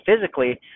physically